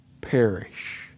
perish